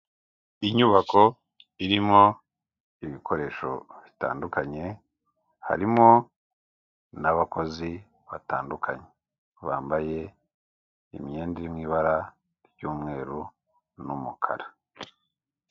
Inyubako irimo ibikoresho bitandukanye harimo n'abakozi batandukanye bambaye imyenda iri mu ibara ry'umweru n'umukara.